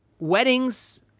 Weddings